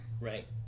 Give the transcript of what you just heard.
right